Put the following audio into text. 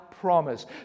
promise